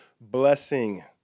blessing